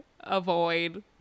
avoid